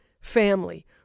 family